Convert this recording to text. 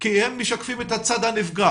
כי הם משקפים את הצד הנפגע.